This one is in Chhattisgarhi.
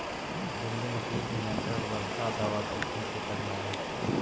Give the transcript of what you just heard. भिंडी म कीट नियंत्रण बर का दवा के छींचे करना ये?